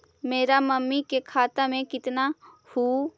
मेरा मामी के खाता में कितना हूउ?